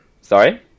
Sorry